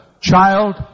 child